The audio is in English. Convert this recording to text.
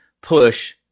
push